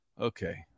okay